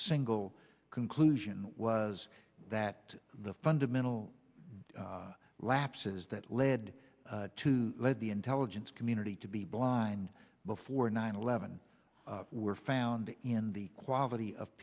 single conclusion was that the fundamental lapses that led to led the intelligence community to be blind before nine eleven were found in the quality of